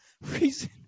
reason